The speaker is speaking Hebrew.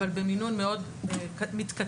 אבל במינון שהולך וקטן.